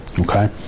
Okay